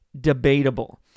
debatable